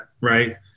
right